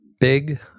big